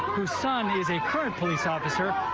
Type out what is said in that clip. whose son is a current police officer,